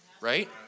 right